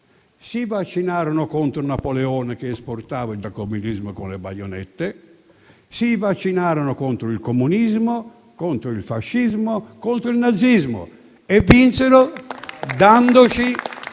giacobinismo, contro Napoleone che esportava il giacobinismo con le baionette; si vaccinarono contro il comunismo, contro il fascismo, contro il nazismo e vinsero dandoci,